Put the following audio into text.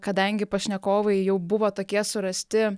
kadangi pašnekovai jau buvo tokie surasti